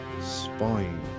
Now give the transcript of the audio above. Spying